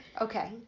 Okay